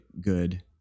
good